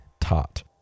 taught